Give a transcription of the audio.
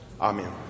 Amen